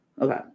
Okay